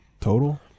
total